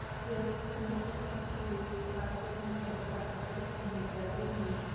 give permission to our superintendent dr. fritz and his designee,